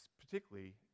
particularly